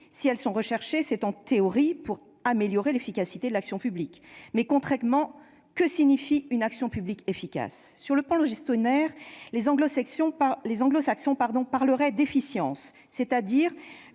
si elles sont recherchées, c'est, en théorie, pour améliorer l'efficacité de l'action publique. Mais, concrètement, que signifie une action publique efficace ? En matière de gestion, les Anglo-saxons parleraient d'efficience : il